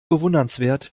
bewundernswert